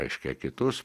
reiškia kitus